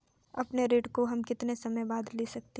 अपने ऋण को हम कितने समय बाद दे सकते हैं?